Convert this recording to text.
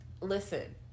Listen